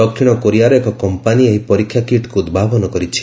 ଦକ୍ଷିଣ କୋରିଆର ଏକ କମ୍ପାନୀ ଏହି ପରୀକ୍ଷା କିଟ୍କୁ ଉଭାବନ କରିଛି